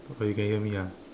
okay you can me ah